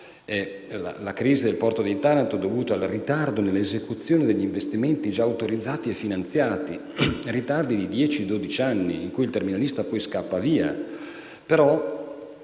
La crisi del porto di Taranto è dovuta al ritardo nell'esecuzione degli investimenti già autorizzati e finanziati; ritardi di dieci, dodici anni, in cui il terminalista poi scappa via. A